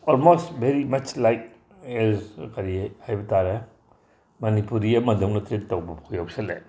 almost very much like as ꯀꯔꯤ ꯍꯥꯏꯕꯇꯥꯔꯦ ꯃꯅꯤꯄꯨꯔꯤ ꯑꯃꯗꯧꯅ ꯇ꯭ꯔꯤꯠ ꯇꯧꯕꯐꯥꯎ ꯌꯥꯎꯁꯤꯜꯂꯦ